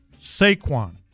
Saquon